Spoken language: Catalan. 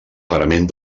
parament